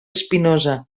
espinosa